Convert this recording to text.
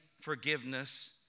forgiveness